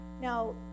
Now